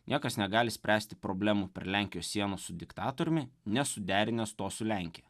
niekas negali spręsti problemų prie lenkijos sienos su diktatoriumi nesuderinęs to su lenkija